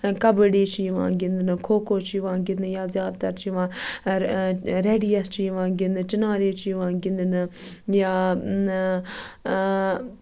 کَبَڑی چھے یِوان گِندنہٕ کھو کھو چھُ یِوان گِندنہٕ یا زیادٕ تَر چھُ یِوان رَڑی یَس چھُ یِوان گِندنہٕ چِنارے چھُ یِوان گِندنہٕ یا ٲں